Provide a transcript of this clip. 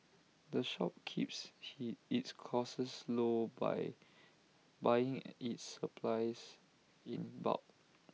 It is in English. the shop keeps he its costs low by buying its supplies in bulk